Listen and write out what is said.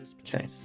Okay